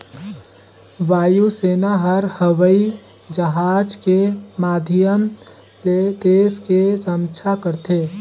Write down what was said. वायु सेना हर हवई जहाज के माधियम ले देस के रम्छा करथे